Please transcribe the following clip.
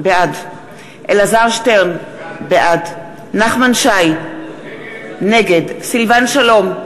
בעד אלעזר שטרן, בעד נחמן שי, נגד סילבן שלום,